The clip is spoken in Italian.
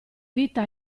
vita